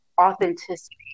authenticity